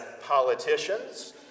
politicians